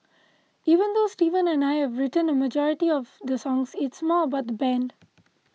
even though Steven and I have written a majority of the songs it's more about the band